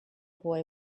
boy